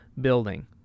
building